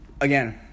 Again